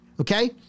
okay